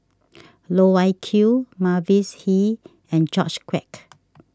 Loh Wai Kiew Mavis Hee and George Quek